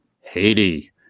Haiti